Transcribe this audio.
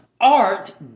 art